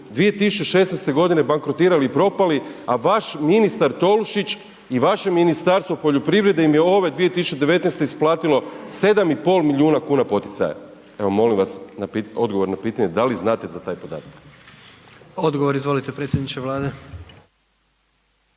2016. godine bankrotirali i propali a vaš ministar Tolušić i vaše Ministarstvo poljoprivrede im je ove 2019. isplatilo 7,5 milijuna kuna poticaja. Evo molim vas odgovor na pitanje da li znate za taj podatak? **Jandroković, Gordan